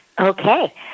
Okay